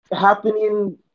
happening